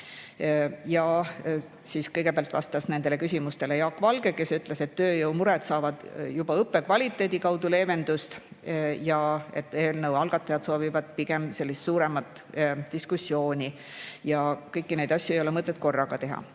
kaasa. Kõigepealt vastas nendele küsimustele Jaak Valge, kes ütles, et tööjõumured saavad juba õppekvaliteedi [tõusu] kaudu leevendust ja et eelnõu algatajad [on avatud] sellisele suuremale diskussioonile, aga kõiki neid asju ei ole mõtet korraga